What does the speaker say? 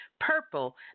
purple